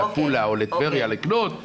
לעפולה או לטבריה לקנות,